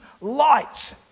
light